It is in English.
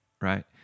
right